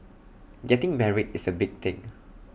getting married is A big thing